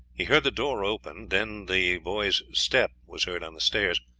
he heard the door opened, then the boy's step was heard on the stairs,